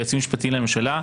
כיועצים משפטיים לממשלה,